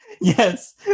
Yes